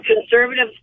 conservative